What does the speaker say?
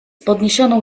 podniesioną